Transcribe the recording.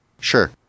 Sure